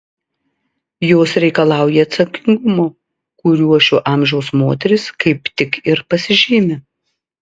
jos reikalauja atsakingumo kuriuo šio amžiaus moterys kaip tik ir pasižymi